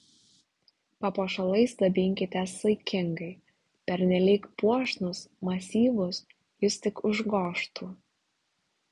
papuošalais dabinkitės saikingai pernelyg puošnūs masyvūs jus tik užgožtų